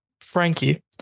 Frankie